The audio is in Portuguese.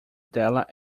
dela